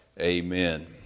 amen